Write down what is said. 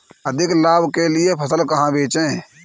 अधिक लाभ के लिए फसल कहाँ बेचें?